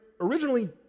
originally